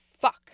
fuck